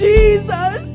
Jesus